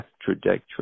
trajectory